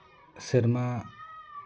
ᱥᱮᱨᱢᱟ